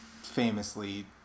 famously